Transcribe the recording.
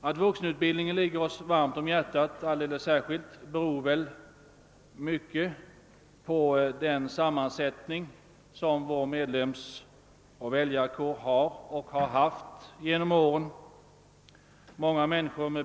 Att vuxenutbildningen ligger oss alldeles särskilt varmt om hjärtat beror väl mycket på den sammansättning vår medlemsoch väljarkår har och har haft genom åren.